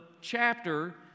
chapter